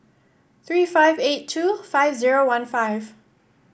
three five eight two five zero one five